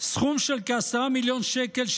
סכום של כ-10 מיליון שקל,